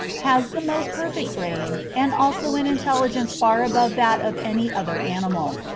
has the most perfect brain, and also an intelligence far above that of any other animal,